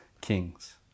kings